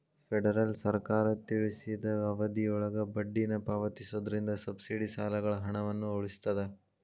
federal ಸರ್ಕಾರ ತಿಳಿಸಿದ ಅವಧಿಯೊಳಗ ಬಡ್ಡಿನ ಪಾವತಿಸೋದ್ರಿಂದ ಸಬ್ಸಿಡಿ ಸಾಲಗಳ ಹಣವನ್ನ ಉಳಿಸ್ತದ